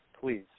please